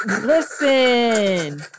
Listen